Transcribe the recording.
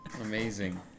Amazing